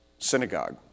synagogue